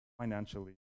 financially